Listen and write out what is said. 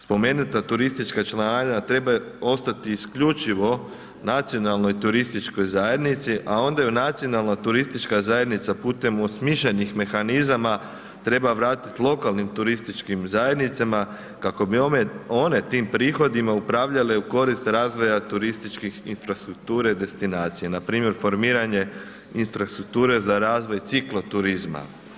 Spomenuta turistička članarina treba ostati isključivo nacionalnoj turističkoj zajednici a onda ju nacionalna turistička zajednica putem osmišljenih mehanizama treba vratiti lokalnim turističkim zajednicama kako bi one tim prihodima upravljale u korist razvoja turističke infrastrukture, destinacije, npr. formiranje infrastrukture za razvoj ciklo turizma.